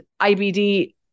IBD